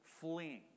fleeing